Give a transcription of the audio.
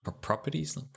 properties